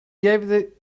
gave